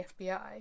FBI